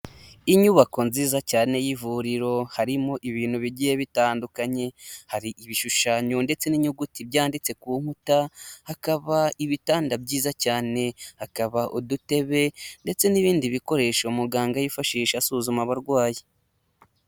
Inyubako nziza cyane y'ivuriro, harimo ibintu bigiye bitandukanye, hari ibishushanyo ndetse n'inyuguti byanditse ku nkuta, hakaba ibitanda byiza cyane, hakaba udutebe ndetse n'ibindi bikoresho muganga yifashisha asuzuma abarwayi.